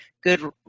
good